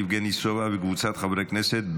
יבגני סובה וקבוצת חברי הכנסת,